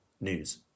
news